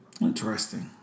Interesting